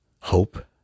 Hope